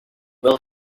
will